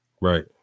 Right